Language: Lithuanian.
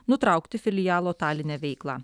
nutraukti filialo taline veiklą